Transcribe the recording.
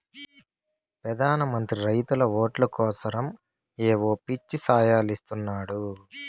పెదాన మంత్రి రైతుల ఓట్లు కోసరమ్ ఏయో పిచ్చి సాయలిస్తున్నాడు